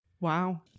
Wow